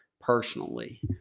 personally